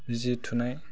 बिजि थुनाय